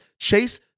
Chase